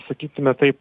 sakykime taip